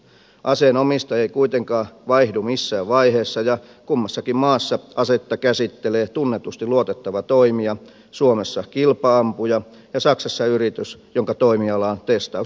aseen omistaja ei kuitenkaan vaihdu missään vaiheessa ja kummassakin maassa asetta käsittelee tunnetusti luotettava toimija suomessa kilpa ampuja ja saksassa yritys jonka toimialaan testaus nimenomaan kuuluu